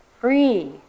free